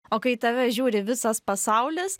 o kai į tave žiūri visas pasaulis